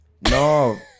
no